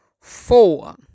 four